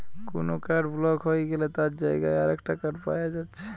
কুনো card block হই গ্যালে তার জাগায় আরেকটা কার্ড পায়া যাচ্ছে